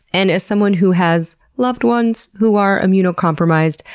and as someone who has loved ones who are immunocompromised,